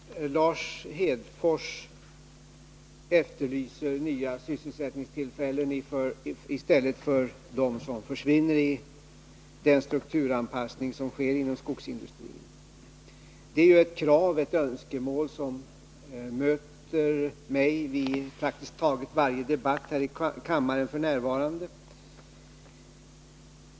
Herr talman! Lars Hedfors efterlyser nya sysselsättningstillfällen i stället för dem som försvinner vid den strukturanpassning som sker inom skogsindustrin. Det är ju ett krav eller ett önskemål som f. n. möter mig i praktiskt taget varje debatt här i kammaren.